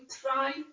try